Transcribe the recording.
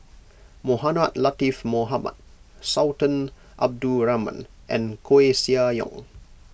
Mohamed Latiff Mohamed Sultan Abdul Rahman and Koeh Sia Yong